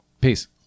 Peace